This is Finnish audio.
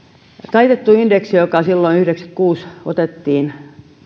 taitettuun indeksiin joka silloin yhdeksäänkymmeneenkuuteen otettiin